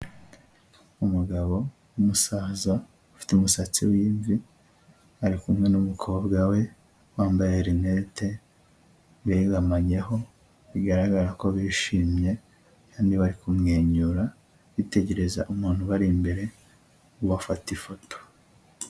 Umugabo w'umusaza ufite umusatsi w'imvi ari kumwe n'umukobwa we wambaye rinete begamanyeho, bigaragara ko bishimye kandi bari kumwenyura, bitegereza umuntu ubari imbere, ubafata ifoto.